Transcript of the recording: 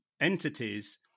entities